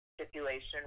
stipulation